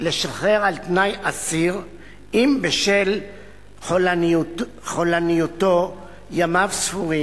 לשחרר על-תנאי אסיר אם בשל חולניותו ימיו ספורים,